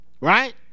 Right